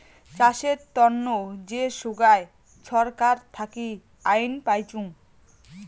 চাষের তন্ন যে সোগায় ছরকার থাকি আইন পাইচুঙ